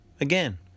again